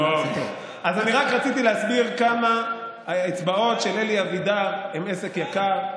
אז אני רק רציתי להסביר כמה האצבעות של אלי אבידר הן עסק יקר.